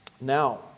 Now